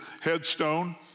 headstone